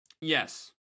Yes